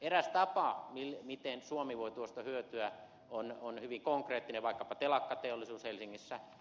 eräs tapa miten suomi voi tuosta hyötyä on hyvin konkreettinen vaikkapa telakkateollisuus helsingissä